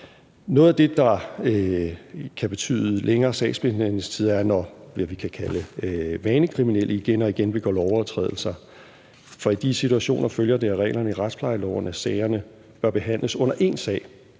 Noget af det, der kan betyde længere sagsbehandlingstider, er, når det, vi kan kalde vanekriminelle igen og igen begår lovovertrædelser. For i de situationer følger det af reglerne i retsplejeloven, at sagerne bør behandles under én sag,